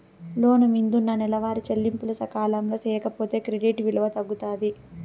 లోను మిందున్న నెలవారీ చెల్లింపులు సకాలంలో సేయకపోతే క్రెడిట్ విలువ తగ్గుతాది